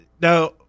now